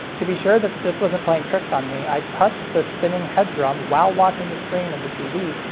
to be sure that this wasn't playing tricks on me, i touched the spinning head drum while watching the screen of the tv,